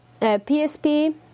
PSP